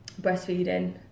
breastfeeding